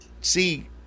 see